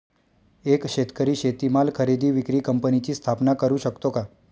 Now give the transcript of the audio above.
एक शेतकरी शेतीमाल खरेदी विक्री कंपनीची स्थापना करु शकतो का?